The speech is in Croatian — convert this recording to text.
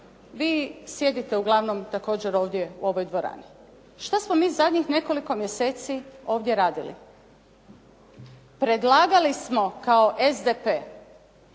vi sjedite uglavnom također ovdje u ovoj dvorani. Što smo mi zadnjih nekoliko mjeseci ovdje radili? predlagali smo kao SDP